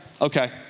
okay